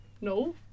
no